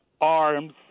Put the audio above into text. arms